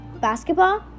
Basketball